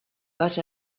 but